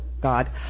God